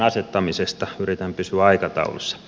yritän pysyä aikataulussa